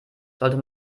sollte